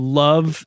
love